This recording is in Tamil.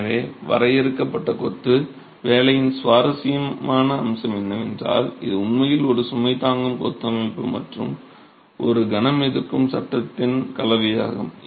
எனவே வரையறுக்கப்பட்ட கொத்து வேலையின் சுவாரஸ்யமான அம்சம் என்னவென்றால் இது உண்மையில் ஒரு சுமை தாங்கும் கொத்து அமைப்பு மற்றும் ஒரு கணம் எதிர்க்கும் சட்டத்தின் கலவையாகும்